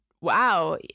wow